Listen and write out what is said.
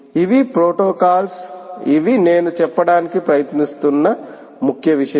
ఇవి ప్రోటోకాల్స్ ఇవి నేను చెప్పడానికి ప్రయత్నిస్తున్న ముఖ్య విషయం